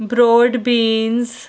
board beans